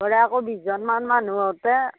ধৰা আকৌ বিশজন মান মানুহ হওঁতে